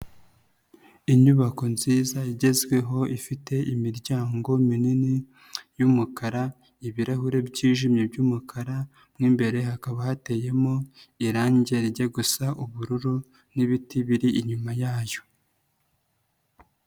Inyubako nziza igezweho ifite imiryango minini y'umukara, ibirahure byijimye by'umukara, mo imbere hakaba hateyemo irangi rijya gusa ubururu n'ibiti biri inyuma yayo.